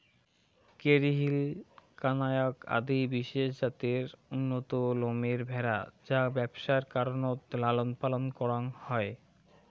Kerry Hill, কানায়াক আদি বিশেষ জাতের উন্নত লোমের ভ্যাড়া যা ব্যবসার কারণত লালনপালন করাং হই